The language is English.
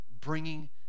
bringing